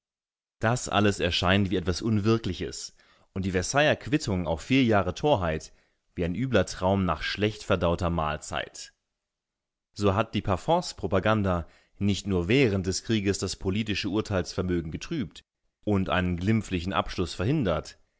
das alles erscheint wie etwas unwirkliches und die versailler quittung auf vier jahre torheit wie ein übler traum nach schlecht verdauter mahlzeit so hat die parforcepropaganda nicht nur während des krieges das politische urteilsvermögen getrübt und einen glimpflichen abschluß verhindert